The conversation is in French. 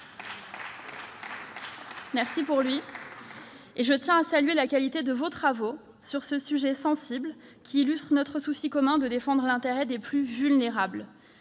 Merci pour lui ! Je tiens à saluer la qualité de vos travaux sur ce sujet sensible ; elle illustre notre souci commun de défendre l'intérêt des plus vulnérables.